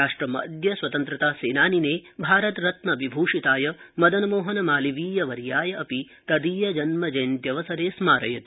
राष्ट्रमद्य स्वतन्त्रतासेनानिने भारत रत्न विभूषिताय मदनमोहन मालवीय वार्याय अपि तदीय जन्म जयन्त्यवसरे स्मारयति